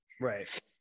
right